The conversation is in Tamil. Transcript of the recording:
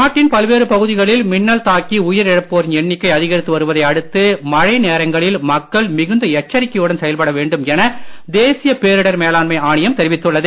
நாட்டின் பல்வேறு பகுதிகளில் மின்னல் தாக்கி உயிரிழப்போரின் எண்ணிக்கை அதிகரித்து வருவதை அடுத்து மழை நேரங்களில் மக்கள் மிகுந்த எச்சரிக்கையுடன் செயல்பட வேண்டும் என தேசிய பேரிடர் மேலாண்மை ஆணையம் தெரிவித்துள்ளது